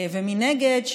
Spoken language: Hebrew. ומנגד,